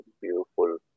beautiful